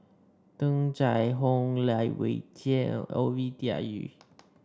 Tung Chye Hong Lai Weijie Ovidia Yu